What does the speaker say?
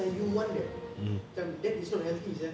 macam you want that macam that is not healthy sia